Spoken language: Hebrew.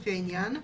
לפי העניין,